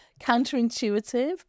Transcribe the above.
counterintuitive